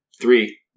three